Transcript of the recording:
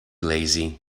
lazy